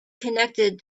connected